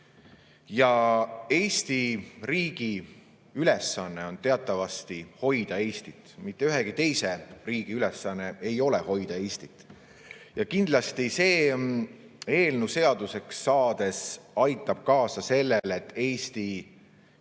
Eesti riigi ülesanne on teatavasti hoida Eestit, mitte ühegi teise riigi ülesanne ei ole hoida Eestit. Kindlasti see eelnõu seaduseks saades aitab kaasa sellele, et eesti